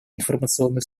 информационную